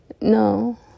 no